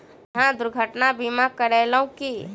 अहाँ दुर्घटना बीमा करेलौं की?